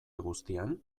guztian